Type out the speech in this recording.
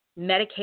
Medicaid